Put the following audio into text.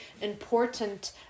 important